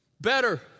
Better